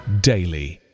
daily